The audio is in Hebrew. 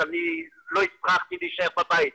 אז אני לא הצלחתי להישאר בבית.